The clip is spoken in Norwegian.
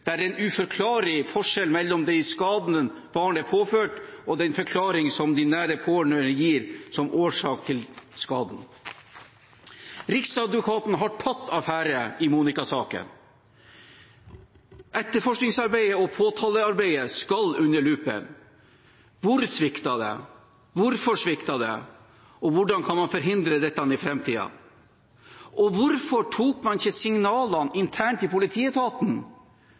det er en uforklarlig forskjell mellom de skadene barnet er påført, og den forklaringen som de nære pårørende gir som årsak til skaden. Riksadvokaten har tatt affære i Monika-saken. Etterforskningsarbeidet og påtalearbeidet skal under lupen: Hvor sviktet det? Hvorfor sviktet det? Og hvordan kan man forhindre dette i framtiden? Hvorfor man ikke tok signalene internt i politietaten